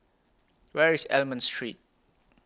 Where IS Almond Street